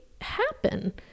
happen